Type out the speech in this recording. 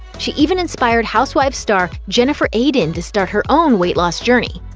she even inspired housewives star jennifer aydin to start her own weight loss journey.